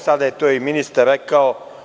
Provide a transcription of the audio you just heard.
Sada je to i ministar rekao.